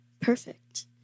Perfect